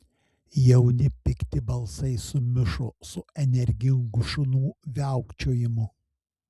jauni pikti balsai sumišo su energingu šunų viaukčiojimu